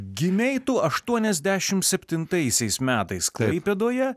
gimei tu aštuoniasdešimt septintaisiais metais klaipėdoje